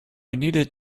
needed